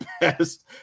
best